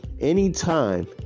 anytime